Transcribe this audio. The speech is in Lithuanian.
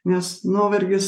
nes nuovargis